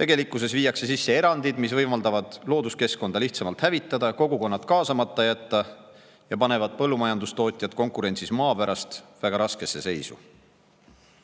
Tegelikkuses viiakse sisse erandid, mis võimaldavad looduskeskkonda lihtsamalt hävitada, kogukonnad kaasamata jätta ja panevad põllumajandustootjad konkurentsis maa pärast väga raskesse seisu.